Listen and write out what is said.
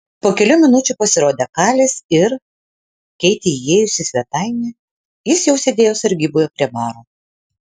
po kelių minučių pasirodė kalis ir keitei įėjus į svetainę jis jau sėdėjo sargyboje prie baro